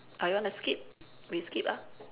or you want to skip we skip ah